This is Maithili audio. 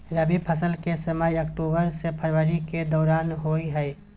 रबी फसल के समय अक्टूबर से फरवरी के दौरान होय हय